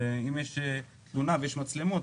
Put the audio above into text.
אם יש תמונה ויש מצלמות,